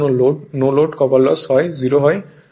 অর্থাৎ energy loss এর মান 0 হবে